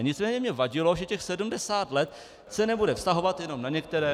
Nicméně mně vadilo, že 70 let se nebude vztahovat jenom na některé